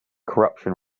corruption